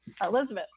Elizabeth